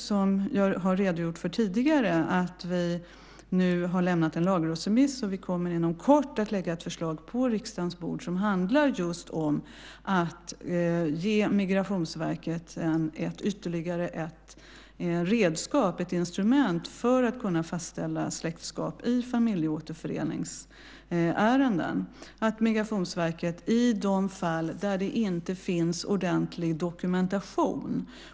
Som jag har redogjort för tidigare har vi lämnat en lagrådsremiss, och vi kommer inom kort att lägga fram ett förslag på riksdagens bord som handlar om att ge Migrationsverket ytterligare ett instrument för att kunna fastställa släktskap i familjeåterföreningsärenden och i de fall det inte finns ordentlig dokumentation.